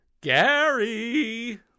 gary